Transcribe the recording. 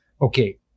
Okay